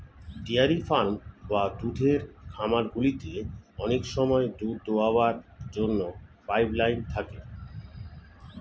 dairy farm বা দুধের খামারগুলিতে অনেক সময় দুধ দোয়াবার জন্য পাইপ লাইন থাকে